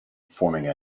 forming